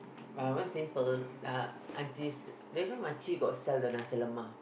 my one simple uh auntie's you know makcik got sell the nasi-lemak